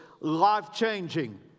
life-changing